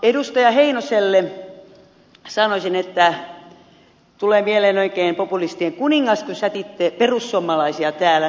edustaja heinoselle sanoisin että tulee mieleen oikein populistien kuningas kun sätitte perussuomalaisia täällä